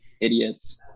idiots